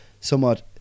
somewhat